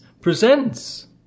presents